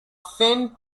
sent